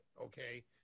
okay